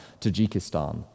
Tajikistan